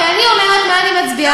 כי אני אומרת מה אני מצביעה,